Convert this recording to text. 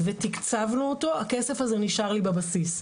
ותקצבנו אותו, הכסף הזה נשאר לי בבסיס.